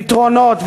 פתרונות.